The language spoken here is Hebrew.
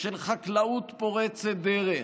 של חקלאות פורצת דרך,